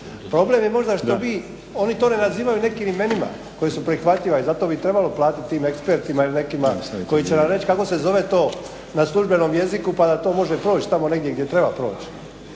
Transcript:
Problem je možda što vi, oni to ne nazivaju nekim imenima koja su prihvatljiva i zato bi trebalo platiti tim ekspertima ili nekima koji će nam reći kako se zove to na službenom jeziku, pa da to može proći tamo negdje gdje treba proći.